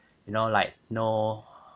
you know like no